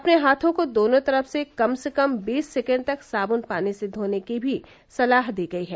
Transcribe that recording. अपने हाथों को दोनों तरफ से कम से कम बीस सेकेण्ड तक साबुन पानी से धोने की भी सलाह दी गयी है